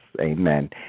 amen